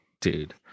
Dude